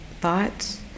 thoughts